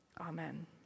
Amen